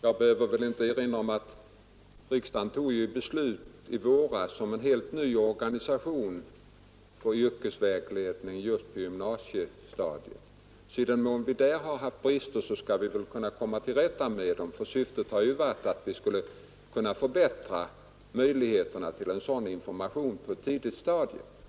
Jag behöver väl inte erinra om att riksdagen i våras fattade beslut om en helt ny organisation för yrkesvägledningen just på gymnasiestadiet, och i den mån det där har funnits brister skall vi väl kunna komma till rätta med dem. Syftet har varit att förbättra möjligheterna till en sådan information på ett tidigt stadium.